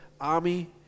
army